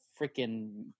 freaking